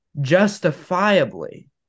justifiably